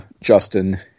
Justin